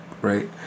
right